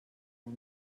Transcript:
non